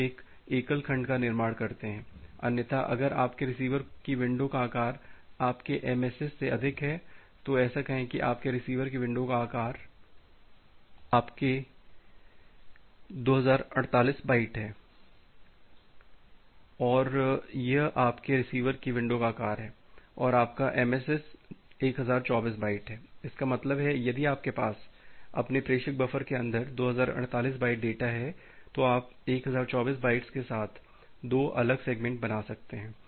तो आप एक एकल खंड का निर्माण करते हैं अन्यथा अगर आपके रिसीवर की विंडो का आकार आपके MSS से अधिक है तो ऐसा कहें कि आपके रिसीवर की विंडो का आकार 2048 बाइट है और यह आपके रिसीवर की विंडो का आकार है और आपका MSS 1024 बाइट है इसका मतलब है यदि आपके पास अपने प्रेषक बफर के अंदर 2048 बाइट डेटा है तो आप 1024 बाइट्स के साथ 2 अलग सेगमेंट बना सकते हैं